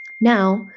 Now